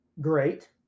great